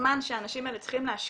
שהזמן שהאנשים האלה צריכים להשקיע,